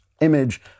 image